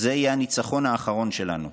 זה יהיה הניצחון האחרון שלנו,